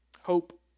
Hope